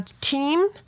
team